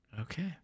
Okay